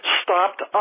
stopped